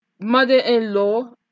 mother-in-law